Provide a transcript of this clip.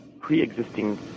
pre-existing